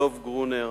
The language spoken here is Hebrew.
דב גרונר,